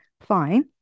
fine